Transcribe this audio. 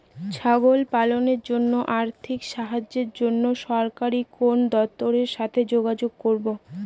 ছাগল পালনের জন্য আর্থিক সাহায্যের জন্য সরকারি কোন দপ্তরের সাথে যোগাযোগ করব?